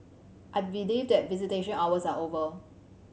I believe that visitation hours are over